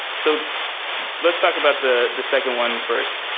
so let's talk about the the second one first,